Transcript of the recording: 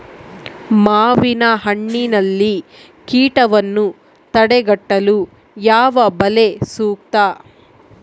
ಮಾವಿನಹಣ್ಣಿನಲ್ಲಿ ಕೇಟವನ್ನು ತಡೆಗಟ್ಟಲು ಯಾವ ಬಲೆ ಸೂಕ್ತ?